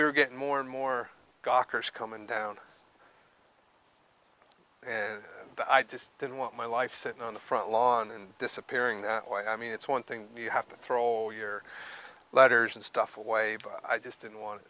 we were getting more and more gawkers coming down and i just didn't want my life sitting on the front lawn and disappearing i mean it's one thing you have to throw your letters and stuff away but i just didn't want